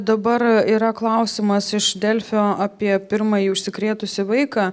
dabar yra klausimas iš delfio apie pirmąjį užsikrėtusį vaiką